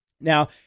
Now